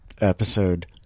episode